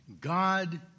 God